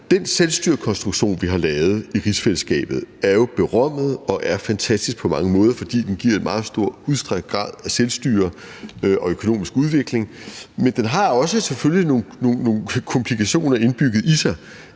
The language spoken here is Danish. Den selvstyrekonstruktion, vi har lavet i rigsfællesskabet, er jo berømmet og er fantastisk på mange måder, fordi den giver en meget stor, udstrakt grad af selvstyre og økonomisk udvikling. Men den har selvfølgelig også nogle komplikationer indbygget i sig.